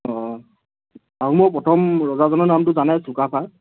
অঁ আহোমৰ প্ৰথম ৰজাজনৰ নামটো জানাই চুকাফা